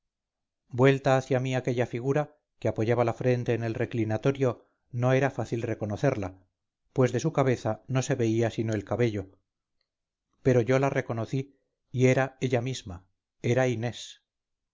recogimiento vuelta hacia mí aquella figura que apoyaba la frente en el reclinatorio no era fácil reconocerla pues de su cabeza no se veía sino el cabello pero yo la reconocí y era ella misma era inés